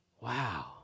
Wow